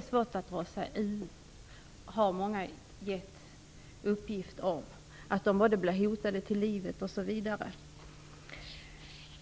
svårt att dra sig ur. Många har givit uppgift om att de blir hotade till livet osv.